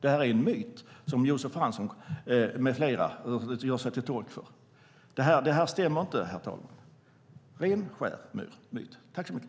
Det är en myt som Josef Fransson med flera gör sig till tolk för. Det här stämmer inte, herr talman. Det är en ren och skär myt.